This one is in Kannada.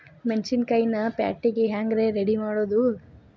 ಮೆಣಸಿನಕಾಯಿನ ಪ್ಯಾಟಿಗೆ ಹ್ಯಾಂಗ್ ರೇ ರೆಡಿಮಾಡೋದು?